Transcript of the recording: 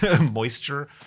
Moisture